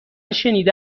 شنیده